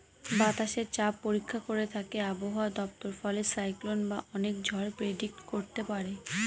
বাতাসের চাপ পরীক্ষা করে থাকে আবহাওয়া দপ্তর ফলে সাইক্লন বা অনেক ঝড় প্রেডিক্ট করতে পারে